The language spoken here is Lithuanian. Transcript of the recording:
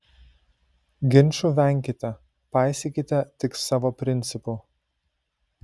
ginčų venkite paisykite tik savo principų